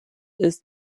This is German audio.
ist